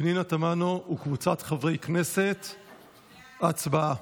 פנינה תמנו וקבוצת חברי הכנסת, הצבעה.